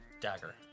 dagger